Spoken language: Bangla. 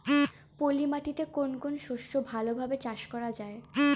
পলি মাটিতে কোন কোন শস্য ভালোভাবে চাষ করা য়ায়?